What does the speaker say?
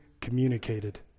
communicated